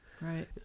Right